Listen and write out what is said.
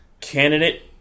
candidate